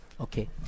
Okay